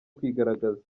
kwigaragaza